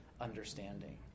understanding